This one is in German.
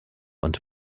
und